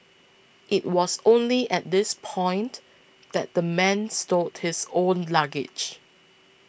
it was only at this point that the man stowed his own luggage